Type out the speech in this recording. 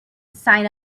sign